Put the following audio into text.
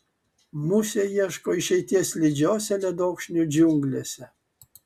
musė ieško išeities slidžiose ledokšnių džiunglėse